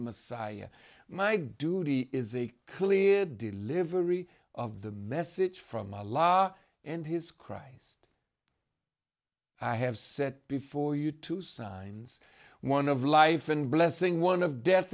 messiah my duty is a clear delivery of the message from the law and his christ i have said before you two signs one of life and blessing one of death